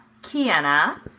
Kiana